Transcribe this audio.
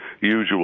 usual